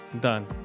done